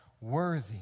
worthy